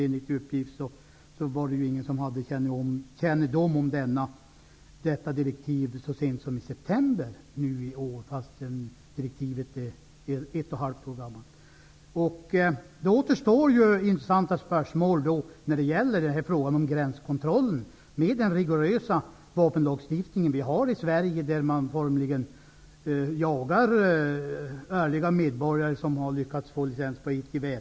Enligt uppgift fanns det ingen som hade kännedom om detta direktiv så sent som i september i år. Detta trots att direktivet är ett och ett halvt år gammalt. Då återstår intressanta spörsmål när det gäller frågan om gränskontrollen. Vi har en rigorös vapenlagstiftning i Sverige, där man formligen jagar ärliga medborgare som har lyckats få licens för ett gevär.